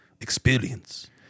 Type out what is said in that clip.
experience